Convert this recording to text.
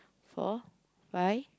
four five